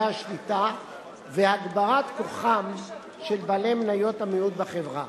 השליטה והגברת כוחם של בעלי מניות המיעוט בחברה.